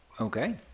okay